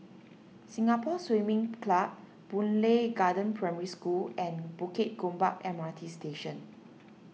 Singapore Swimming Club Boon Lay Garden Primary School and Bukit Gombak M R T Station